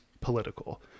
political